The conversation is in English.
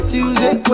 Tuesday